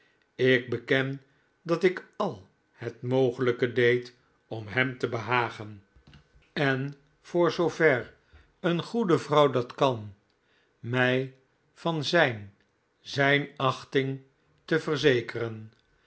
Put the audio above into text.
ik beken dat ik al het mogelijke deed om hem te behagen en voor zoover een goede vrouw jgzttvz v dat kan mij van zijn zijn achting te verzekeren